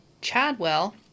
Chadwell